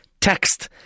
text